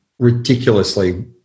ridiculously